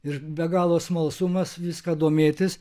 ir be galo smalsumas viską domėtis